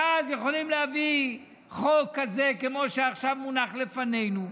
ואז יכולים להביא חוק כמו זה שעכשיו מונח לפנינו,